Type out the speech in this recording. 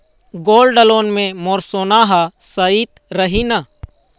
Gold loan मे मोर सोना हा सइत रही न?